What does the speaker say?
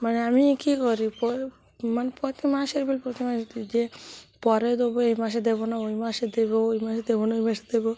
মানে আমি কী করি মানে প্রতি মাসের বিল প্রতি মাসে দিই যে পরে দেবো এই মাসে দেবো না ওই মাসে দেবো ওই মাসে দেবো না ওই মাসে দেবো